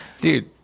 dude